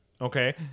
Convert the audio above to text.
okay